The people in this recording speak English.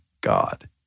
God